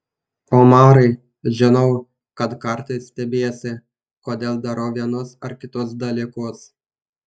omarai žinau kad kartais stebiesi kodėl darau vienus ar kitus dalykus